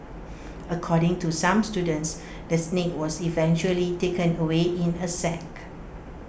according to some students the snake was eventually taken away in A sack